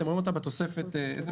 אתם רואים אותה בתוספת הרביעית,